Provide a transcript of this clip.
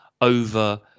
over